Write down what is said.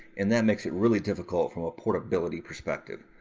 and that makes it really difficult from a portability perspective.